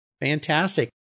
Fantastic